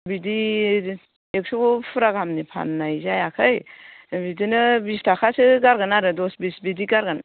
बिदि एक्स' फुरा गाहामनि फान्नाय जायाखै बिदिनो बिस थाखासो गारगोन आरो दस बिस बिदि गारगोन